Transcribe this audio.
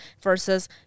versus